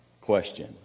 Question